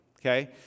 okay